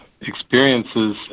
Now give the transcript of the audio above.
experiences